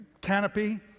canopy